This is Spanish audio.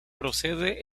procede